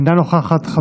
אינה נוכחת.